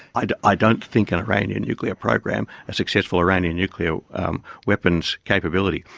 i don't i don't think an iranian nuclear program, a successful iranian nuclear weapons capability,